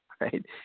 Right